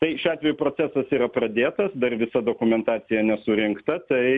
tai šiuo atveju procesas yra pradėtas dar visa dokumentacija nesurinkta tai